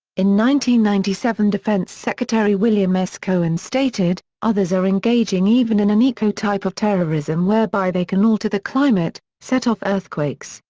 ninety ninety seven defense secretary william s. cohen stated others are engaging even in an eco-type of terrorism whereby they can alter the climate, set off earthquakes,